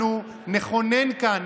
אנחנו נכונן כאן,